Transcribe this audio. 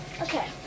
okay